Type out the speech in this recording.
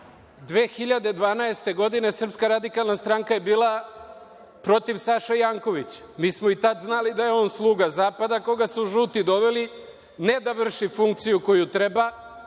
2012. godine SRS je bila protiv Saše Jankovića. Mi smo i tada znali da je on sluga zapada, koga su „žuti“ doveli ne da vrši funkciju koju treba,